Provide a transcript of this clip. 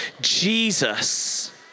Jesus